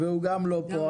והוא גם לא פה,